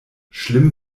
schlimm